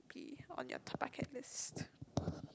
be on your bucket list